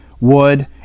wood